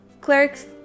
clerics